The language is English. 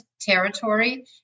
territory